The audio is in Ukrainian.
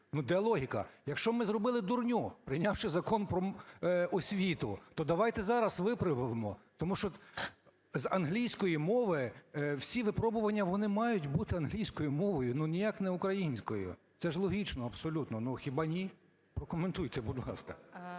Ну, де логіка? Якщо ми зробили дурню, прийнявши Закон "Про освіту", то давайте зараз виправимо. Тому що з англійської мови всі випробування, вони мають бути англійською мовою, ну, ніяк не українською, це ж логічно абсолютно. Ну, хіба ні? Прокоментуйте, будь ласка.